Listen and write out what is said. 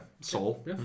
soul